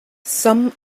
some